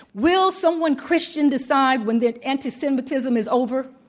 will someone christian decide when the anti-semitism is over?